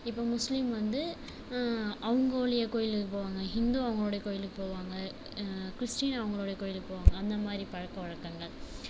இப்போ முஸ்லிம் வந்து அவங்க உடைய கோவிலுக்கு போவாங்க ஹிந்து அவங்களோடைய கோவிலுக்கு போவாங்க கிறிஸ்டின் அவங்களோடைய கோவிலுக்கு போவாங்க அந்தமாதிரி பழக்கவழக்கங்கள்